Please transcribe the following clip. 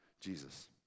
Jesus